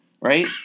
Right